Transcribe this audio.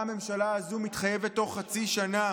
ובו הממשלה הזו מתחייבת בתוך חצי שנה